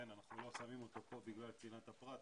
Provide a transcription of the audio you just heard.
אנחנו לא שמים אותו פה בגלל צנעת הפרט,